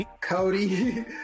Cody